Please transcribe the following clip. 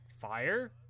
Fire